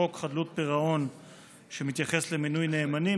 בחוק חדלות פירעון שמתייחס למינוי נאמנים,